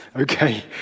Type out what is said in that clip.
Okay